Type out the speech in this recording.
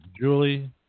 Julie